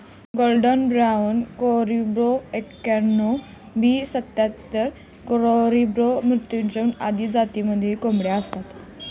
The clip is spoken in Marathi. गोल्डन ब्याणव करिब्रो एक्याण्णण, बी सत्याहत्तर, कॅरिब्रो मृत्युंजय आदी जातींमध्येही कोंबड्या असतात